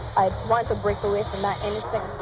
i want to break away from that innocent,